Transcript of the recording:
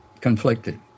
conflicted